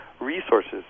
resources